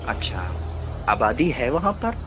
اچھا آبادی ہے وہاں پر